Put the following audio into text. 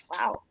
Wow